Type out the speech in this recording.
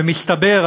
ומסתבר,